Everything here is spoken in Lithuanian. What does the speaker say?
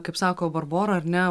kaip sako barbora ar ne